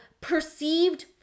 perceived